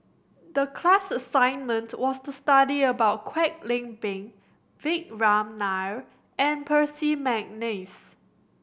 the class assignment was to study about Kwek Leng Beng Vikram Nair and Percy McNeice